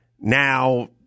now